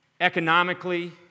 Economically